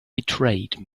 betrayed